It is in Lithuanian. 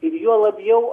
ir juo labiau